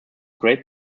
great